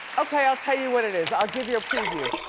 okay, i'll tell you what it is, i'll give you a preview.